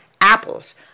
apples